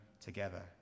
together